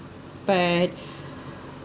but